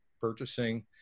purchasing